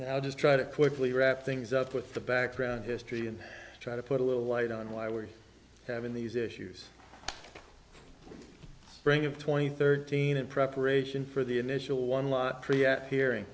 and i just try to quickly wrap things up with the background history and try to put a little light on why we're having these issues spring of twenty thirteen in preparation for the initial one lat